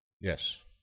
Yes